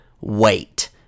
wait